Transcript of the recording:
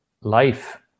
life